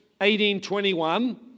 18.21